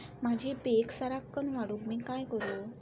माझी पीक सराक्कन वाढूक मी काय करू?